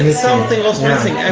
something was missing